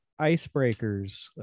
icebreakers